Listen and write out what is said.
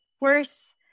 worse